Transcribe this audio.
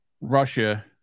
Russia